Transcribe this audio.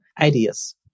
ideas